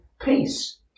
peace